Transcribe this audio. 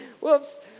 Whoops